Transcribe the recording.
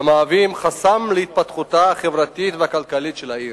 המהווים חסם להתפתחותה החברתית והכלכלית של העיר.